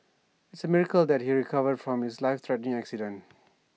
IT A miracle that he recovered from his life threatening accident